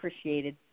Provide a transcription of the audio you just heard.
appreciated